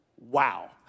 Wow